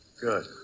Good